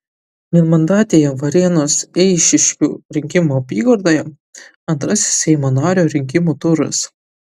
vienmandatėje varėnos eišiškių rinkimų apygardoje antrasis seimo nario rinkimų turas